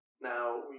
Now